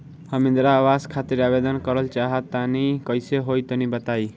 हम इंद्रा आवास खातिर आवेदन करल चाह तनि कइसे होई तनि बताई?